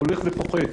הולך ופוחת.